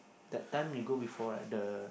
that time you go before right the